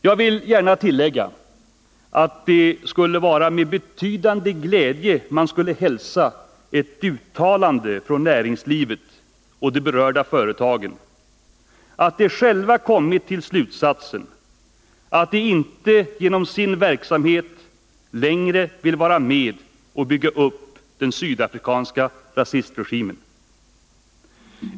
Jag vill gärna tillägga att man med betydande glädje skulle hälsa ett uttalande från näringslivet och de berörda företagen om att de själva kommit till slutsatsen, att de inte genom sin verksamhet längre vill vara med och bygga upp den sydafrikanska rasistregimen.